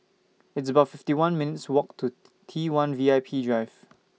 It's about fifty one minutes' Walk to T one V I P Drive